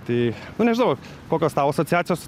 tai nu nežinau kokios tau asociacijos